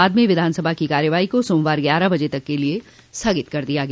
बाद में विधानसभा की कार्यवाही को सोमवार ग्यारह बजे तक के लिए स्थगित कर दिया गया